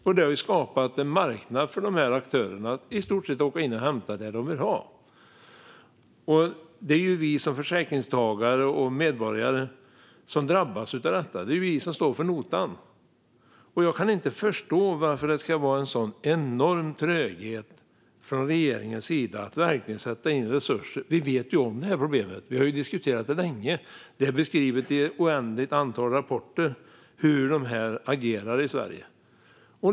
Detta har skapat en marknad för aktörerna att i stort sett åka in och hämta det de vill ha. Det är vi som försäkringstagare och medborgare som drabbas av detta. Det är vi som står för notan. Jag kan inte förstå varför det ska vara en så enorm tröghet från regeringen när det gäller att verkligen sätta in resurser. Vi vet ju om detta problem. Vi har diskuterat det länge. Det är beskrivet i ett oändligt antal rapporter hur de agerar i Sverige.